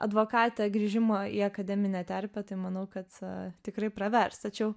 advokatė grįžimo į akademinę terpę manau kad tikrai pravers tačiau